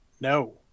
no